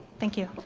thank you.